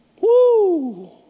Woo